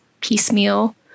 piecemeal